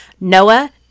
Noah